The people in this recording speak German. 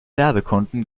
werbekunden